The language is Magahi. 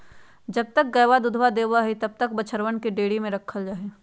जब तक गयवा दूधवा देवा हई तब तक बछड़वन के डेयरी में रखल जाहई